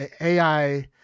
ai